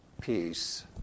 peace